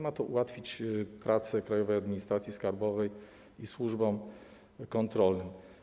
Ma to ułatwić pracę Krajowej Administracji Skarbowej i służbom kontrolnym.